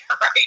right